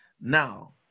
Now